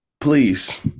please